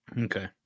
Okay